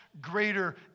greater